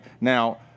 Now